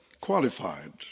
qualified